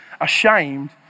ashamed